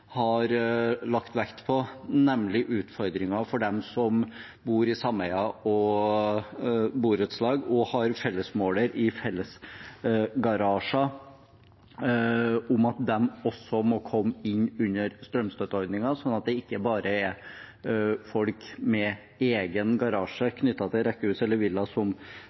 har lagt vekt på, nemlig utfordringen for dem som bor i sameier og borettslag og har fellesmåler i fellesgarasjer, at også de må komme inn under strømstøtteordningen, sånn at det ikke bare er folk med egen garasje knyttet til rekkehus eller villa som